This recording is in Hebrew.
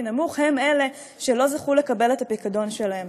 נמוך הם אלה שלא זכו לקבל את הפיקדון שלהם.